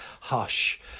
hush